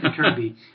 Kirby